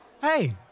Hey